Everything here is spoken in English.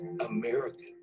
American